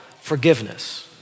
forgiveness